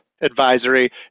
advisory